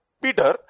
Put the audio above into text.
Peter